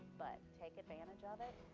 but take advantage of it.